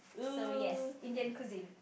so yes Indian cuisine